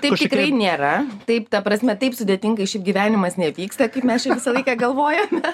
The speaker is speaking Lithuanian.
taip tikrai nėra taip ta prasme taip sudėtingai šiaip gyvenimas nevyksta kaip mes čia visą laiką galvojome